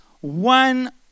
one